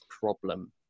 problem